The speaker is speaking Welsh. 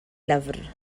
lyfr